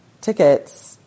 tickets